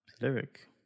Lyric